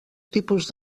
tipus